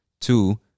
Two